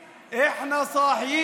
(אומר בערבית ומתרגם:) אנחנו ערים.